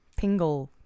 Pingle